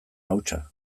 hautsa